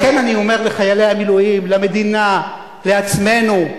על כן אני אומר לחיילי המילואים, למדינה, לעצמנו: